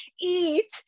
eat